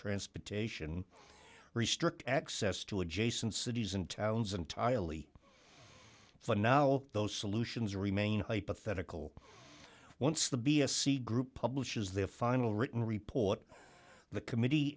transportation restrict access to adjacent cities and towns entirely phenolic those solutions remain hypothetical once the b a c group publishes their final written report the committee